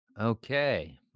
okay